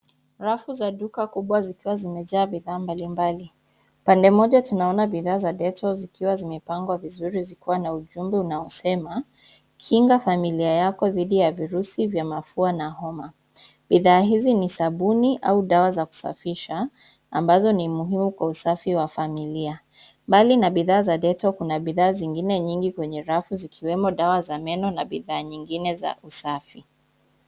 Rafu za duka kubwa zikiwa zimejaa bidhaa mbali mbali, pande moja tunaona bidhaa za Dettol zikiwa zimepangwa vizuri zikiwa na ujumbe unaosema, kinga familia yako dhidi ya virusi vya mafua na homa, bidhaa hizi ni sabuni au dawa za kusafisha, ambazo ni muhimu kwa usafi wa familia. Mbali na bidhaa za Dettol kuna bidhaa zingine nyingi kwenye rafu zikiwemo dawa za meno na bidhaa nyingine za usafi.